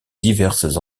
diverses